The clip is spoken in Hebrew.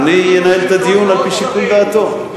אדוני ינהל את הדיון לפי שיקול דעתו.